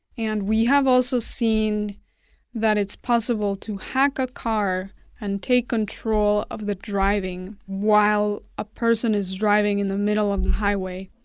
and we have also seen that it's possible to hack a car and take control of the driving while a person is driving in the middle of the highway.